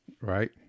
right